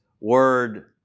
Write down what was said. word